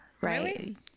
right